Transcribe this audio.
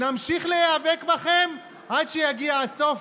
נמשיך להיאבק בכם עד שיגיע הסוף,